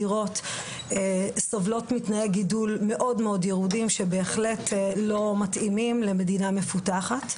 סובלות מתנאי חיים מאוד ירודים שבהחלט לא מתאימים למדינה מפותחת.